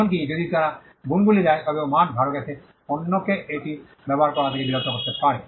এমনকি যদি তারা গুণগুলি দেয় তবেও মার্ক ধারক এসে অন্যকে এটি ব্যবহার করা থেকে বিরত করতে পারে